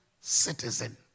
citizen